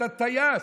אתה טייס.